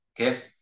okay